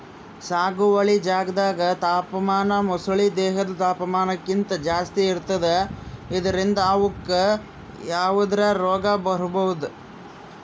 ಸಾಗುವಳಿ ಜಾಗ್ದಾಗ್ ತಾಪಮಾನ ಮೊಸಳಿ ದೇಹದ್ ತಾಪಮಾನಕ್ಕಿಂತ್ ಜಾಸ್ತಿ ಇರ್ತದ್ ಇದ್ರಿಂದ್ ಅವುಕ್ಕ್ ಯಾವದ್ರಾ ರೋಗ್ ಬರ್ಬಹುದ್